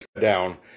down